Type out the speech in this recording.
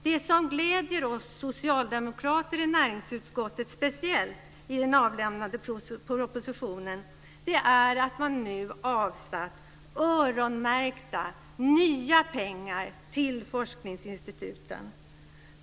Det som gläder oss socialdemokrater i näringsutskottet speciellt i den avlämnade propositionen är att man nu har avsatt öronmärkta nya pengar till forskningsinstituten.